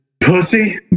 Pussy